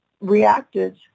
reacted